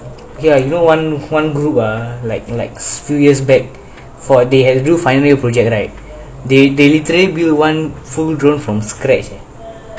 ya you know one one group ah like like few years back for they had two final year project right they they literally build one full drone from scratch